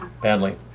badly